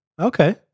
Okay